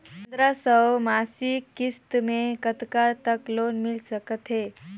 पंद्रह सौ मासिक किस्त मे कतका तक लोन मिल सकत हे?